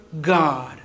God